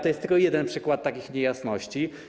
To jest tylko jeden przykład takich niejasności.